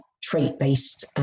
trait-based